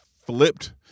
flipped